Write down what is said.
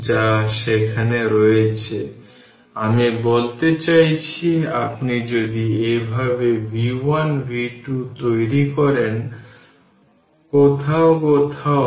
সুতরাং আমি যেমন v1 এবং v2 পেয়েছি যা যথাক্রমে 150 এবং 100 ভোল্ট আমাকে KVL ব্যবহার করে সহজেই v1 এবং v4 খুঁজে বের করতে হবে